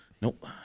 Nope